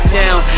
down